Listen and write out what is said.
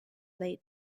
late